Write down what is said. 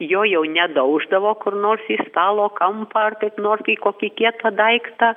jo jau nedauždavo kur nors į stalo kampą ar kaip nors į kokį kietą daiktą